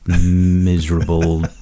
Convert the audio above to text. miserable